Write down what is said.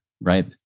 Right